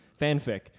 fanfic